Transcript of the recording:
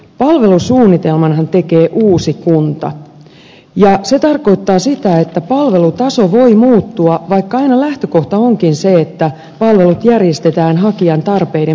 palvelusuunnitelmanhan tekee uusi kunta ja se tarkoittaa sitä että palvelutaso voi muuttua vaikka aina lähtökohta onkin se että palvelut järjestetään hakijan tarpeiden mukaan